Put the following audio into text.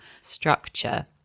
structure